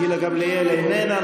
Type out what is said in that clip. גילה גמליאל, איננה.